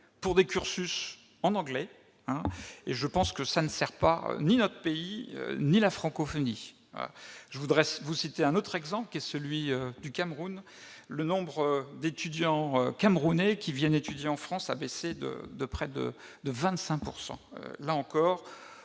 pour des cursus en anglais. Je pense que cela ne sert ni notre pays ni la francophonie. Je voudrais vous citer un autre exemple, celui du Cameroun. Le nombre d'étudiants camerounais qui viennent étudier en France a baissé de près de 25 %, au